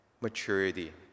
maturity